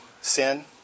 sin